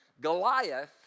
Goliath